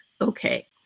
okay